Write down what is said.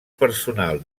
personal